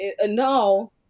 no